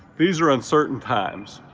these are uncertain times,